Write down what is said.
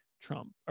trump